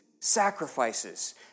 sacrifices